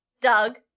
Doug